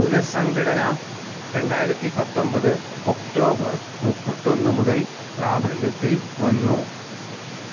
പുനഃസംഘടന രണ്ടായിരത്തി പത്തൊൻപത് ഒക്ടോബർ മുപ്പത്തി ഒന്ന് മുതൽ പ്രാബല്യത്തിൽ വന്നു